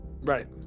Right